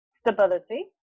stability